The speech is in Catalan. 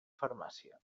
farmàcia